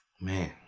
man